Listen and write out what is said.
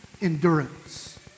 endurance